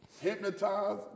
hypnotized